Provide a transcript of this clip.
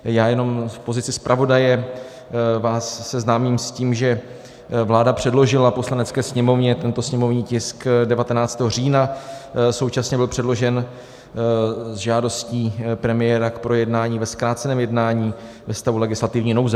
Já vás jenom v pozici zpravodaje seznámím s tím, že vláda předložila Poslanecké sněmovně tento sněmovní tisk 19. října, současně byl předložen s žádostí premiéra k projednání ve zkráceném jednání ve stavu legislativní nouze.